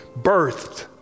birthed